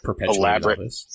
elaborate